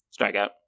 Strikeout